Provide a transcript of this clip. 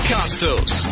Costos